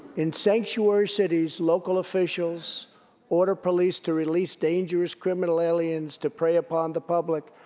in sanctuary cities, local officials order police to release dangerous criminal aliens to prey upon the public,